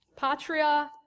Patria